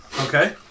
Okay